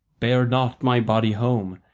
bear not my body home,